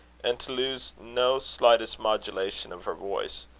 and to lose no slightest modulation of her voice.